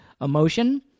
emotion